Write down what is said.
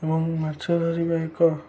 ଏବଂ ମାଛ ଧରିବା ଏକ